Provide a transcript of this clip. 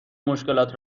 مشکلات